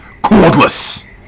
Cordless